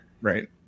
right